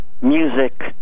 music